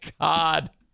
God